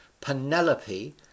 Penelope